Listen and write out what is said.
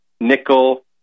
nickel